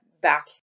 back